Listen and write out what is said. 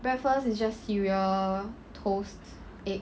breakfast is just cereal toasts egg